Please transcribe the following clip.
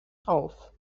auf